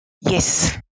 Yes